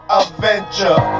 adventure